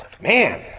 Man